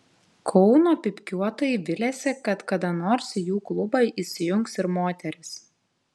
kauno pypkiuotojai viliasi kad kada nors į jų klubą įsijungs ir moterys